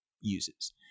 uses